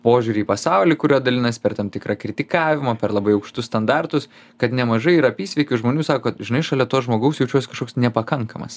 požiūrį į pasaulį kuriuo dalinasi per tam tikrą kritikavimą per labai aukštus standartus kad nemažai ir apysveikių žmonių sako žinai šalia to žmogaus jaučiuosi kažkoks nepakankamas